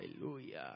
Hallelujah